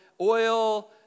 oil